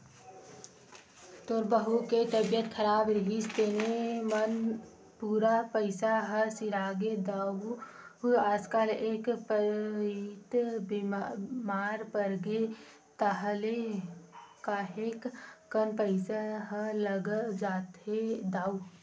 तोर बहू के तबीयत खराब रिहिस तेने म पूरा पइसा ह सिरागे दाऊ आजकल एक पइत बेमार परगेस ताहले काहेक कन पइसा ह लग ही जाथे दाऊ